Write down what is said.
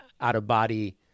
out-of-body